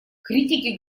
критики